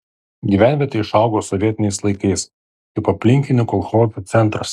gyvenvietė išaugo sovietiniais laikais kaip aplinkinių kolchozų centras